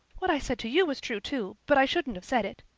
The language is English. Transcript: what i said to you was true, too, but i shouldn't have said it.